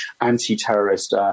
anti-terrorist